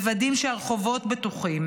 מוודאים שהרחובות בטוחים.